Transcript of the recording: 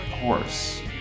horse